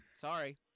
sorry